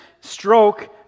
stroke